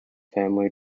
family